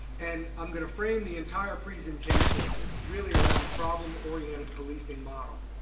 and i'm gonna frame the entire presentation really around a problem-oriented policing model.